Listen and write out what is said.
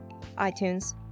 iTunes